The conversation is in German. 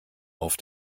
auf